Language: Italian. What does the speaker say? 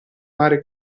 mare